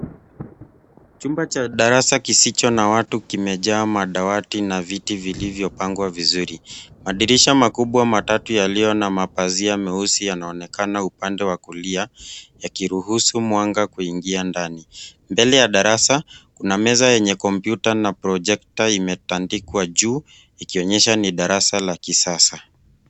Chumba cha darasa kisicho na watu kimejaa madawati na viti vilivyopangwa vizuri. Madirisha makubwa matatu yaliyo na mapazia meusi yanaonekana upande wa kulia yakiruhusu mwanga kuingia ndani. Mbele ya darasa, kuna meza yenye kompyuta na projekta imetandikwa juu ikionyesha ni darasa la kisasa.